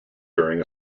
during